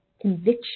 conviction